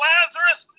Lazarus